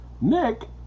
Nick